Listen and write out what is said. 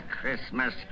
Christmas